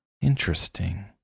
Interesting